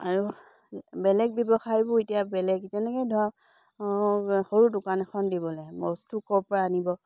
আৰু বেলেগ ব্যৱসায়বোৰ এতিয়া বেলেগ যেনেকেই ধৰক সৰু দোকান এখন দিবলে বস্তু ক'ৰ পৰা আনিব